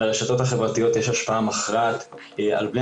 לרשתות החברתיות יש השפעה מכרעת על בני